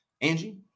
Angie